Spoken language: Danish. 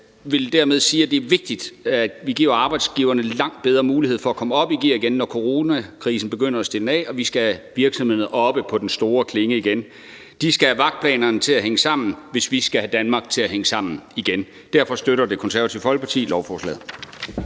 og vil dermed sige, at det er vigtigt, at vi giver arbejdsgiverne langt bedre mulighed for at komme op i gear igen, når coronakrisen begynder at stilne af og vi skal have virksomhederne op på den store klinge igen. De skal have vagtplanerne til at hænge sammen, hvis vi skal have Danmark til at hænge sammen igen, og derfor støtter Det Konservative Folkeparti lovforslaget.